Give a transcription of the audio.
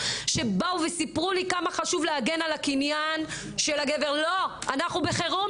שבאו וסיפרו לי כמה חשוב להגן על הקניין של הגבר - ולא אנחנו בחירום,